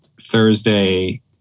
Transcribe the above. Thursday